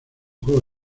juego